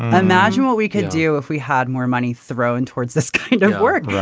ah imagine what we could do if we had more money thrown towards this kind of work.